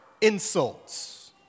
insults